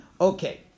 Okay